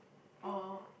or